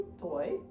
toy